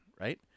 right